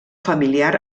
familiar